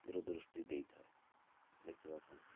ଦୂରଦୃୃୃୃୃୃୃୃୃୃଷ୍ଟି ଦେଇଥାଏ ଲେଖିବା ପାଇଁ